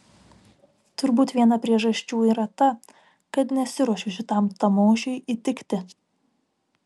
turbūt viena priežasčių yra ta kad nesiruošiu šitam tamošiui įtikti